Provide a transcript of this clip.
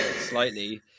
slightly